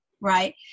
right